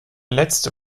letzte